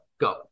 go